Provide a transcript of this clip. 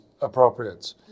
appropriate